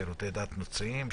שירותי דת נוצריים?